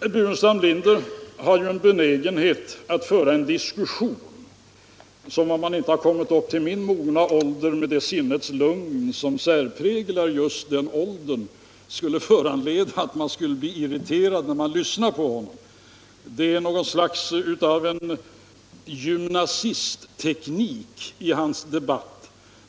Herr Burenstam Linder har en benägenhet att föra en diskussion som - om man inte kommit upp till min mogna ålder, med det sinnets lugn som särpräglar just den åldern — skulle kunna föranleda att man blir irriterad när man lyssnar på honom. Det är något slags gymnasistteknik i hans debatteringssätt